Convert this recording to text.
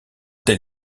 tel